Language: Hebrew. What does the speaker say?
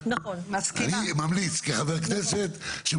כמו שאמרתי,